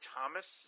Thomas